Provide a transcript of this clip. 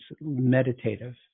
meditative